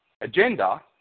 agenda